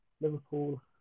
Liverpool